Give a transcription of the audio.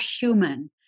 human